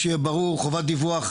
שיהיה ברור, חובת דיווח.